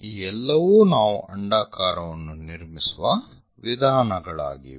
ಈ ಎಲ್ಲವೂ ನಾವು ಅಂಡಾಕಾರವನ್ನು ನಿರ್ಮಿಸುವ ವಿಧಾನಗಳಾಗಿವೆ